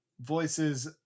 voices